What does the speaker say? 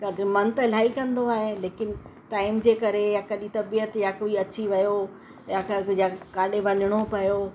कॾहिं मनु त इलाही कंदो आहे लेकिन टाइम जे करे या कॾहिं तबीअत या कोई अची वियो या क या काॾे वञिणो पियो